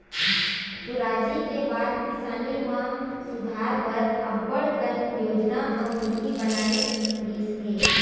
सुराजी के बाद किसानी म सुधार बर अब्बड़ कन योजना अउ नीति बनाए गिस हे